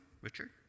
Richard